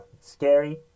scary